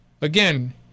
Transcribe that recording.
again